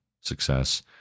success